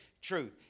Truth